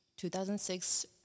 2006